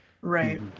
Right